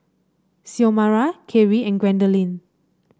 Xiomara Keri and Gwendolyn